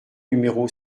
numéro